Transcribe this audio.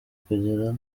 kugira